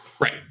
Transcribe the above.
Right